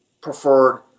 preferred